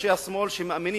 אנשי השמאל שמאמינים,